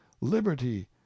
liberty